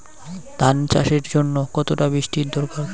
ধান চাষের জন্য কতটা বৃষ্টির দরকার?